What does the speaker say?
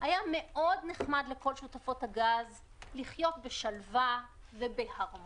היה מאוד נחמד לכל שותפות הגז לחיות בשלווה ובהרמוניה,